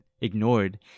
ignored